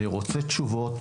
אני רוצה תשובות.